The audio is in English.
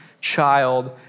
child